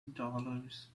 dollars